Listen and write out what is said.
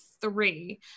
three